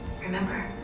Remember